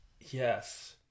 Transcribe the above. Yes